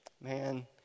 Man